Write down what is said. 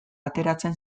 ateratzen